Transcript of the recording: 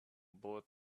bullets